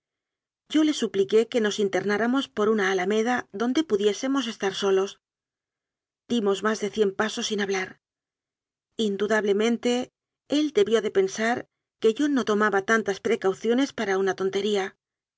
yo le supliqué que nos internáramos por una alameda donde pudiésemos estar solos dimos más de cien pasos sin hablar indudablemente él debió de pensar que yo no to maba tantas precauciones para una tontería